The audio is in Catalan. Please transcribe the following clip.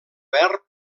verb